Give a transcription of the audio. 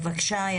בבקשה.